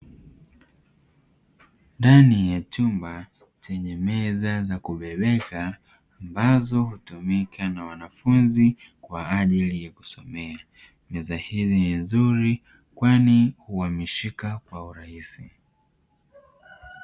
Ndani ya chumba chenye meza za kubebeka ambazo hutumika na wanafunzi kwa ajili ya kusomea meza hizi ni nzuri kwani uhamishika kwa urahisi.